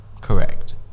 correct